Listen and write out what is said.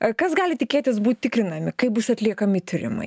kas gali tikėtis būt tikrinami kaip bus atliekami tyrimai